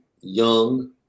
young